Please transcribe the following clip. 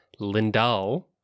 lindal